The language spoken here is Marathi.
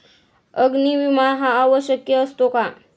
अग्नी विमा हा आवश्यक असतो का?